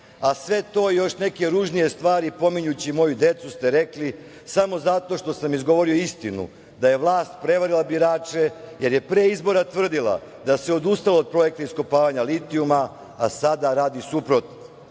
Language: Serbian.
a sve to i još neke ružnije stvari, pominjući moju decu, ste rekli samo zato što sam izgovorio istinu da je vlast prevarila birače, jer je pre izbora tvrdila da se odustalo od projekta iskopavanja litijuma, a sada radi suprotno